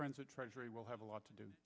friends the treasury will have a lot to do